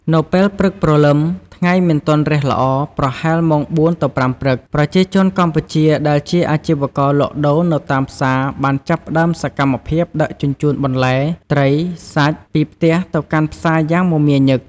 នៅពេលព្រឹកព្រលឹម ថ្ងៃមិនទាន់រះល្អ ប្រហែលម៉ោង ៤ ទៅ ៥ ព្រឹក ប្រជាជនកម្ពុជាដែលជាអាជីវករលក់ដូរនៅតាមផ្សារបានចាប់ផ្តើមសកម្មភាពដឹកជញ្ជូនបន្លែ ត្រី សាច់ ពីផ្ទះទៅកាន់ផ្សារយ៉ាងមមាញឹក។